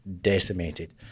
decimated